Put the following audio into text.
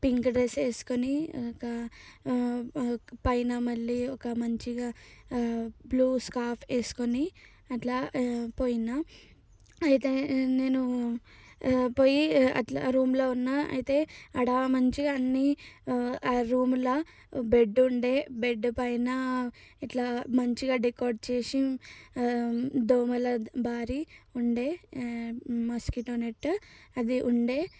pink dress వేసుకొని పైన మళ్ళీ ఒక మంచిగా బ్లూ స్కార్ఫ్ వేసుకొని అట్లా పోయిన అయితే నేను పోయి అట్లా రూంలో ఉన్న అయితే ఆడ మంచిగా అన్నీ ఆ రూంల బెడ్ ఉండే బెడ్ పైన ఇట్లా మంచిగా డెకరేట్ చేసి దోమల బారీ ఉండే మస్కిటో నెట్ అది ఉండే